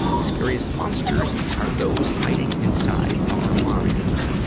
the scariest monsters are those hiding inside our minds.